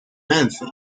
anything